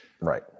Right